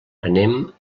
anem